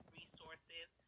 resources